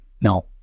no